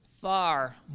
far